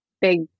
big